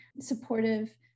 supportive